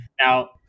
Now